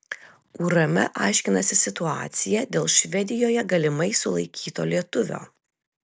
urm aiškinasi situaciją dėl švedijoje galimai sulaikyto lietuvio